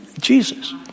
Jesus